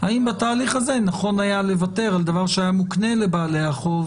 האם בתהליך הזה נכון היה לוותר על דבר שהיה מוקנה לבעלי החוב.